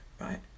right